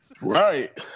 Right